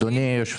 אדוני היושב ראש,